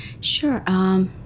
Sure